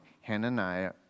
Hananiah